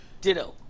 ditto